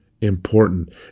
important